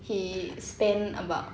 he spent about